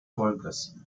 volkes